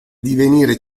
divenire